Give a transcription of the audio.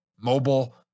Mobile